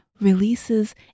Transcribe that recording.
releases